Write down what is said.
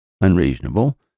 unreasonable